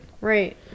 Right